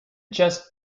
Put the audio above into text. just